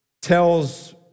tells